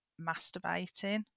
masturbating